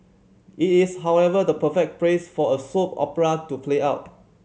it is however the perfect place for a soap opera to play out